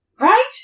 Right